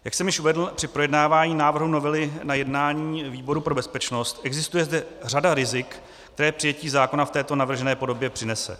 Jak jsem již uvedl při projednávání návrhu novely na jednání výboru pro bezpečnost, existuje zde řada rizik, která přijetí zákona v této navržené podobě přinese.